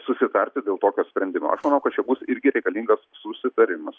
susitarti dėl tokio sprendimo aš manau kad čia bus irgi reikalingas susitarimas